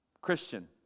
Christian